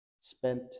spent